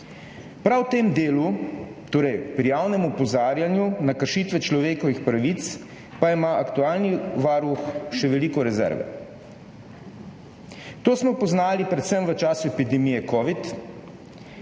Prav v tem delu, torej pri javnem opozarjanju na kršitve človekovih pravic, pa ima aktualni varuh še veliko rezerve. To smo poznali predvsem v času epidemije covida,